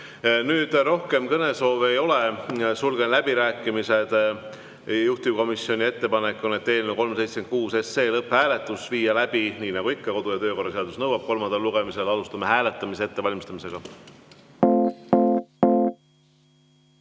Nüüd rohkem kõnesoove ei ole, sulgen läbirääkimised. Juhtivkomisjoni ettepanek on eelnõu 376 lõpphääletus läbi viia, nii nagu ikka, kodu‑ ja töökorra seadus nõuab seda kolmandal lugemisel. Alustame hääletamise ettevalmistamist.